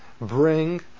bring